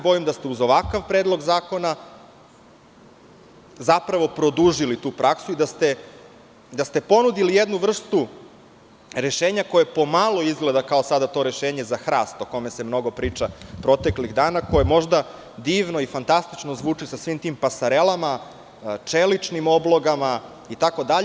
Bojim se da ste uz ovakav predlog zakona produžili tu praksu, da ste ponudili jednu vrstu rešenja, koja pomalo izgleda sada kao to rešenje za hrast, o kojem se mnogo priča proteklih dana, koje možda divno i fantastično zvuči sa svim tim pasarelama, čeličnim oblogama itd.